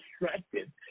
distracted